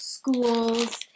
Schools